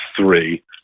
three